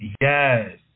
Yes